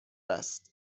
است